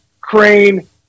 crane